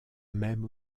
même